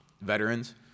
veterans